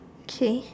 okay